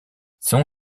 son